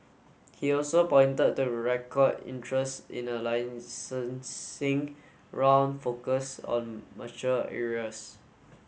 he also pointed to record interest in a licencing round focused on mature areas